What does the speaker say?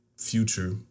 future